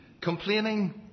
Complaining